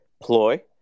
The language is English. ploy